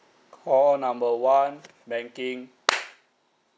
call number one banking